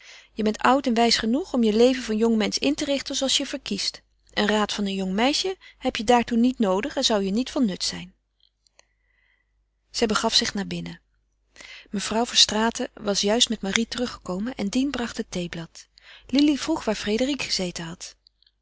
je bent oud en wijs genoeg om je leven van jongmensch in te richten zooals je verkiest een raad van een jong meisje heb je daartoe niet noodig en zou je niet van nut zijn zij begaf zich naar binnen mevrouw verstraeten was juist met marie teruggekomen en dien bracht het theeblad lili vroeg waar frédérique gezeten had